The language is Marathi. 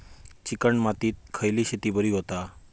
चिकण मातीत खयली शेती बरी होता?